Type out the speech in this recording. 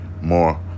more